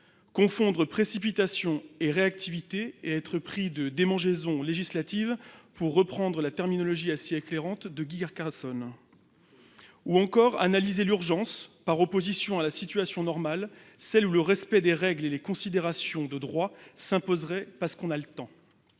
confondre réactivité et précipitation et être pris de « démangeaisons législatives », pour reprendre la terminologie si éclairante de Guy Carcassonne ; analyser l'urgence par opposition à la situation normale, celle où le respect des règles et les considérations de droit s'imposeraient parce qu'on a le temps.